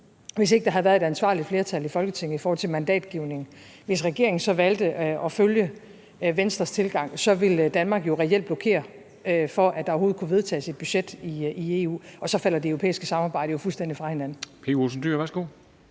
hvis ikke der havde været et ansvarligt flertal i Folketinget i forhold til mandatgivning og regeringen så valgte at følge Venstres tilgang, ville Danmark jo reelt blokere for, at der overhovedet kunne vedtages et budget i EU, og så ville det europæiske samarbejde jo fuldstændig falde fra hinanden.